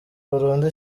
burundu